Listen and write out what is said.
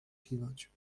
kiwać